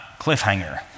cliffhanger